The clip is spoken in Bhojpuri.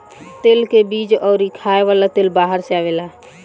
तेल के बीज अउरी खाए वाला तेल बाहर से आवेला